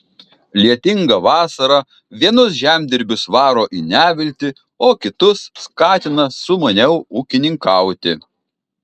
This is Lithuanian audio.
lietinga vasara vienus žemdirbius varo į neviltį o kitus skatina sumaniau ūkininkauti